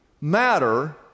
matter